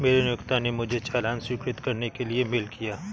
मेरे नियोक्ता ने मुझे चालान स्वीकृत करने के लिए मेल किया